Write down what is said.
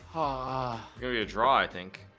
ah give me a draw i think